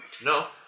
No